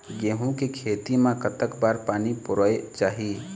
गेहूं के खेती मा कतक बार पानी परोए चाही?